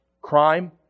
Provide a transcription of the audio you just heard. crime